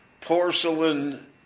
porcelain